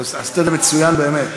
עשית את זה מצוין באמת.